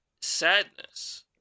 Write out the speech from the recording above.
sadness